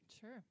sure